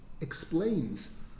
explains